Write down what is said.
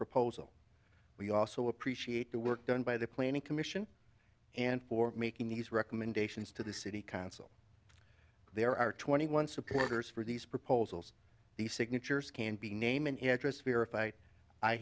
proposal we also appreciate the work done by the planning commission and for making these recommendations to the city council there are twenty one supporters for these proposals the signatures can be name and address verified i